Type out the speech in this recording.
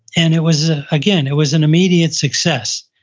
and it was ah again, it was an immediate success.